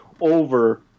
over